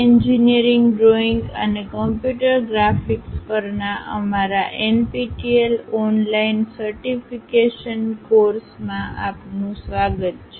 engineering drawing અને computer graphics પરના અમારા એનપીટીએલ ઓનલાઇન સર્ટિફિકેશન કોર્સ માં આપનું સ્વાગત છે